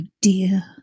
dear